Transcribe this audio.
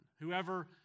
Whoever